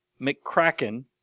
McCracken